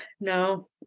no